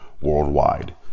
worldwide